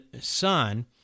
son